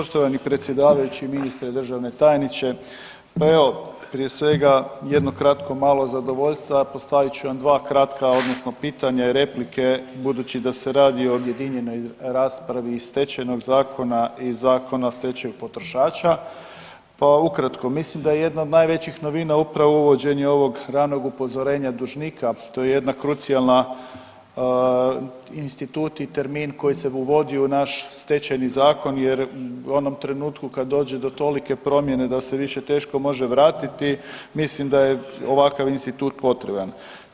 Poštovani predsjedavajući i ministre, državne tajniče, pa evo prije svega jedno kratko malo zadovoljstvo ja postavit ću vam dva kratka odnosno pitanja i replike budući da se radi o objedinjenoj raspravi i stečajnog zakona i Zakona o stečaju potrošača, pa ukratko mislim da je jedna od najvećih novina upravo uvođenje ovog ranog upozorenja dužnika to je jedna krucijalna institut i termin koji se uvodi u naš stečajni zakon jer u onom trenutku kad dođe do tolike promjene da se više teško može vratiti mislim da je ovakav institut potreban.